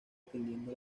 atendiendo